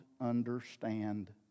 understand